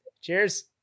Cheers